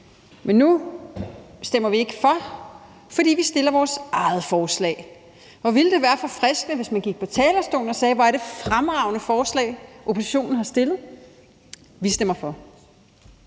men nu stemmer vi ikke for det, fordi vi fremsætter vores eget forslag. Hvor ville det være forfriskende, hvis man gik på talerstolen og sagde: Hvor er det et fremragende forslag, oppositionen har fremsat, og vi stemmer for.